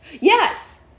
Yes